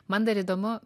man dar įdomu